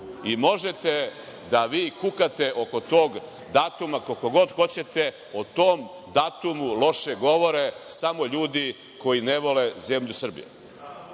Možete vi da kukate oko tog datuma koliko god hoćete, o tom datumu loše govore samo ljudi koji ne vole zemlju Srbiju.U